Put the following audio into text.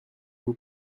vous